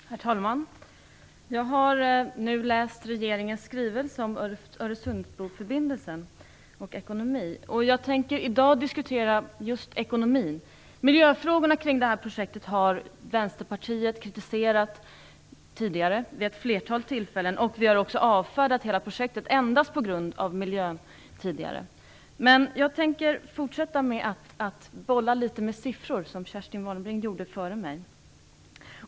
Herr talman! Jag har nu läst regeringens skrivelse om Öresundsbroförbindelsen och ekonomin. Jag tänker i dag diskutera just ekonomin. När det gäller miljöfrågorna kring det här projektet har Vänsterpartiet tidigare vid ett flertal tillfällen framfört kritik. Vi har också tidigare avfärdat hela projektet endast på grund av miljöfrågorna. Jag tänker dock fortsätta att bolla litet med siffror, precis som Kerstin Warnerbring gjorde före mig.